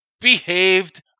behaved